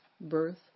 birth